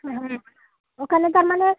হুম ওখানে তার মানে